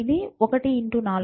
ఇది 1 4